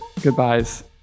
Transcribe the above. goodbyes